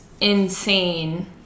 insane